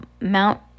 Mount